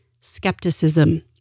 skepticism